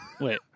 Wait